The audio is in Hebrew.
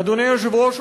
אדוני היושב-ראש,